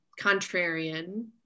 contrarian